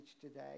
today